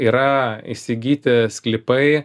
yra įsigyti sklypai